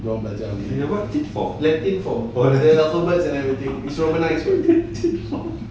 dorang belajar latin form alphabets and everything